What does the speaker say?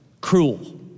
cruel